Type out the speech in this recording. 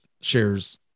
shares